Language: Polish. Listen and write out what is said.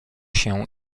się